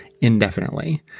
indefinitely